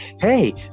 hey